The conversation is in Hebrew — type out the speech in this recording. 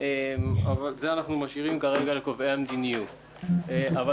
ואנחנו משאירים זאת כרגע לקובעי המדיניות כרגע.